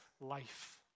life